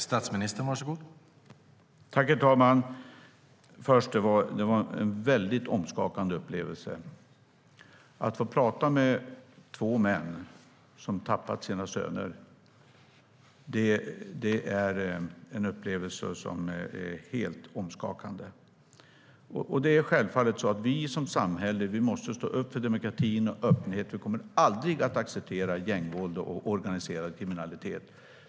Herr talman! Först vill jag säga att det var en väldigt omskakande upplevelse. Att tala med två män som har förlorat sina söner är en upplevelse som är helt omskakande. Vi som samhälle måste självfallet stå upp för demokratin och öppenheten. Vi kommer aldrig att acceptera gängvåld och organiserad kriminalitet.